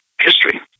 history